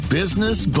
business